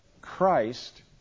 Christ